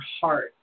heart